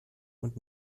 und